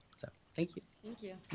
so thank you. thank you.